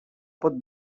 pot